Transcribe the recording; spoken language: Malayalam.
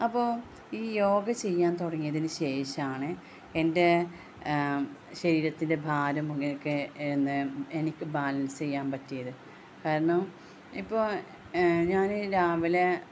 അപ്പോള് ഈ യോഗ ചെയ്യാൻ തുടങ്ങിയതിനു ശേഷമാണ് എൻ്റെ ശരീരത്തിൻ്റെ ഭാരം ഒക്കെ എനിക്ക് ബാലൻസ് ചെയ്യാൻ പറ്റിയത് കാരണം ഇപ്പോള് ഞാന് രാവിലെ